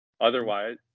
Otherwise